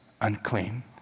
unclean